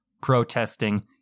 protesting